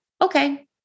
okay